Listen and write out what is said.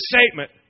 statement